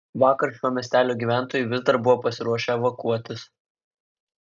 vakar šio miestelio gyventojai vis dar buvo pasiruošę evakuotis